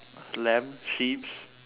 lamb sheeps